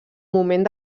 moment